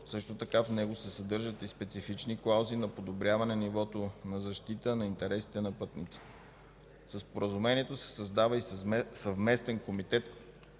Също така в него се съдържат и специфични клаузи за подобряване нивото на защита на интересите на пътниците. Със споразумението се създава и съвместен комитет,